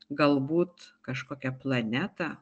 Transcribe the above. galbūt kažkokia planetą